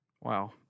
Wow